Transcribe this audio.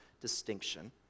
distinction